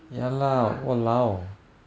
but